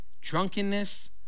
drunkenness